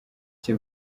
icyo